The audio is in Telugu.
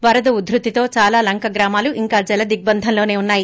వరద ఉదృతితో చాలా లంక గ్రామాలు ఇంకా జలదిగ్బంధంలోనే వున్నాయి